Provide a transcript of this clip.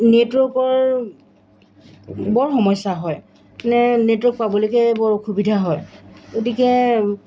নেটৱৰ্কৰ বৰ সমস্যা হয় মানে নেটৱৰ্ক পাবলৈকে বৰ অসুবিধা হয় গতিকে